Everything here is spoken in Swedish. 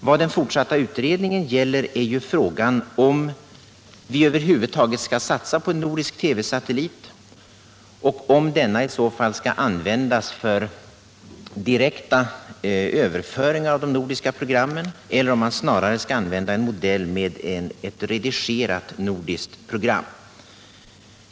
Vad den fortsatta utredningen gäller är frågan om vi över huvud taget skall satsa på en nordisk TV-satellit och om denna i så fall skall användas för direkta överföringar av de nordiska programmen eller om man snarare skall använda en modell med ett redigerat nordiskt program.